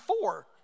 Four